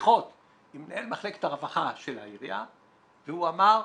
ובשיחות עם מנהל מחלקת הרווחה של העירייה הוא אמר,